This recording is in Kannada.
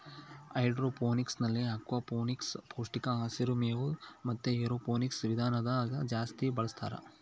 ಹೈಡ್ರೋಫೋನಿಕ್ಸ್ನಲ್ಲಿ ಅಕ್ವಾಫೋನಿಕ್ಸ್, ಪೌಷ್ಟಿಕ ಹಸಿರು ಮೇವು ಮತೆ ಏರೋಫೋನಿಕ್ಸ್ ವಿಧಾನದಾಗ ಜಾಸ್ತಿ ಬಳಸ್ತಾರ